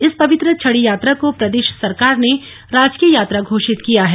इस पवित्र छड़ी यात्रा को प्रदेश सरकार ने राजकीय यात्रा घोषित किया है